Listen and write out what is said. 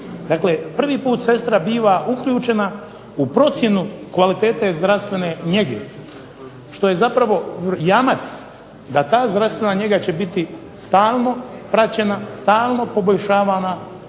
prvi put sestra biva uključena u procjenu kvalitete zdravstvene njege što je zapravo jamac da ta zdravstvena njega će biti stalno praćena, stalno poboljšavana